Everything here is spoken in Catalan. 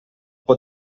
pot